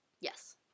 Yes